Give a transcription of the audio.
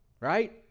Right